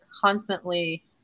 constantly